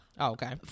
Okay